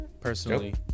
personally